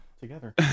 together